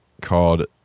called